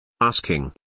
Asking